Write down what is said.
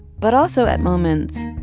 but also, at moments,